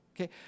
Okay